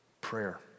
prayer